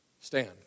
Stand